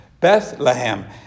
Bethlehem